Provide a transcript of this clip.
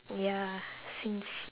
ya since